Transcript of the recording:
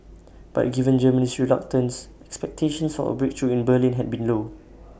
but given Germany's reluctance expectations for A breakthrough in Berlin had been low